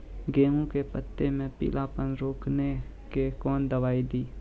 गेहूँ के पत्तों मे पीलापन रोकने के कौन दवाई दी?